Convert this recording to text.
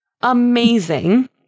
amazing